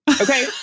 Okay